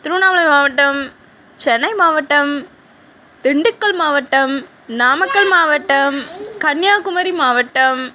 திருவண்ணாமலை மாவட்டம் சென்னை மாவட்டம் திண்டுக்கல் மாவட்டம் நாமக்கல் மாவட்டம் கன்னியாகுமரி மாவட்டம்